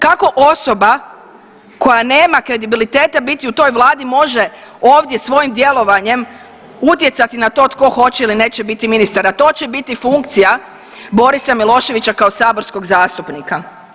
Kako osoba koja nema kredibilitete biti u toj vladi može ovdje svojim djelovanjem utjecati na to tko hoće ili neće biti ministar, a to će biti funkcija Borisa Miloševića kao saborskog zastupnika?